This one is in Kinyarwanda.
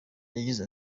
yagize